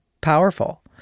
powerful